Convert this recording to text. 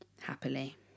happily